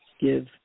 give